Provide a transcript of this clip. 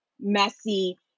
messy